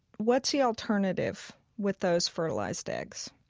what's the alternative with those fertilized eggs?